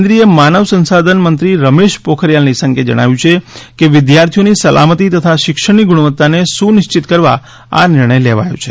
કેન્દ્રીય માનવ સંસાધન મંત્રી રમેશ પોખરીયાલ નિશંકે જણાવ્યું છે કે વિદ્યાર્થીઓની સલામતી તથા શિક્ષણની ગુણવત્તાને સુનિશ્ચિત કરવા આ નિર્ણય લેવાયો છે